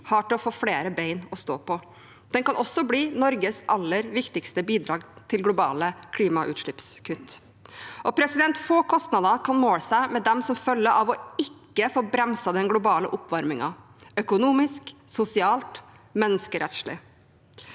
har til å få flere bein å stå på. Den kan også bli Norges aller viktigste bidrag til globale klimautslippskutt. Få kostnader kan måle seg med dem som følger av ikke å få bremset den globale oppvarmingen – økonomisk, sosialt og menneskerettslig.